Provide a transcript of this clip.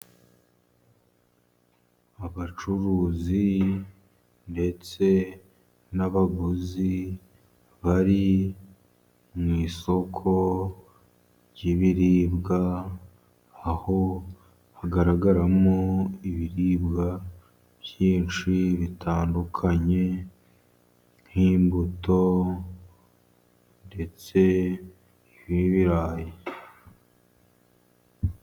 Abacuruzi ndetse n'abaguzi bari mu isoko ry'ibiribwa, aho hagaragaramo ibiribwa byinshi bitandukanye nk'imbuto ndetse n'ibirayi.